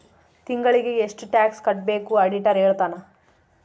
ತಿಂಗಳಿಗೆ ಎಷ್ಟ್ ಟ್ಯಾಕ್ಸ್ ಕಟ್ಬೇಕು ಆಡಿಟರ್ ಹೇಳ್ತನ